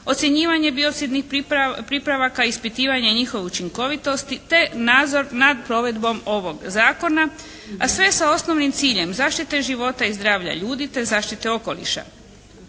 ocjenjivanje biocidnih pripravaka, ispitivanje njihove učinkovitosti, te nadzor nad provedbom ovog zakona, a sve sa osnovnim ciljem zaštite života i zdravlja ljudi, te zaštite okoliša.